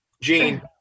Gene